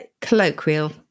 colloquial